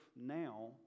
now